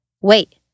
Wait